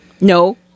No